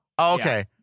Okay